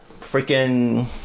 freaking